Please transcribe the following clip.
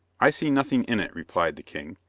i see nothing in it, replied the king,